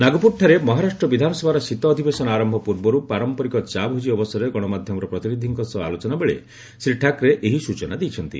ନାଗପୁରଠାରେ ମହାରାଷ୍ଟ୍ର ବିଧାନସଭାର ଶୀତ ଅଧିବେଶନ ଆରମ୍ଭ ପୂର୍ବରୁ ପାରମ୍ପରିକ ଚାଭୋଜି ଅବସରରେ ଗଣମାଧ୍ୟମର ପ୍ରତିନିଧିଙ୍କ ସହ ଆଲୋଚନାବେଳେ ଶ୍ରୀ ଠାକରେ ଏହି ସୂଚନା ଦେଇଛନ୍ତି